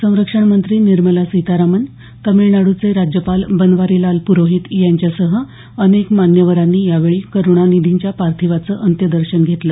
संरक्षणमंत्री निर्मला सीतारामन तमिळनाडूचे राज्यपाल बनवारीलाल पुरोहित यांच्यासह अनेक मान्यवरांनी यावेळी करुणानिधींच्या पार्थिवाच अंत्यदर्शन घेतलं